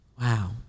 Wow